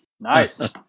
Nice